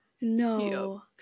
No